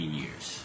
years